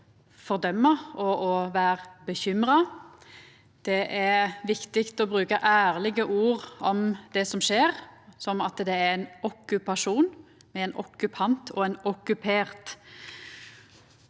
fordøma og å vera bekymra. Det er viktig å bruka ærlege ord om det som skjer, som at det er ein okkupasjon med ein okkupant og ein okkupert.